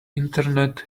internet